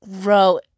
grow